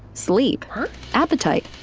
sleep. huh? appetite,